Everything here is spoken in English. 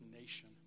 nation